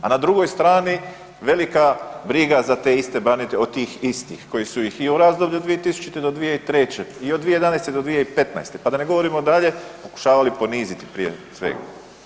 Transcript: A na drugoj strani velika briga za te iste branitelje od tih istih koji su i u razdoblju od 2000. do 2003. i od 2011. do 2015. pa da ne govorimo dalje pokušavali poniziti prije svega.